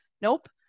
nope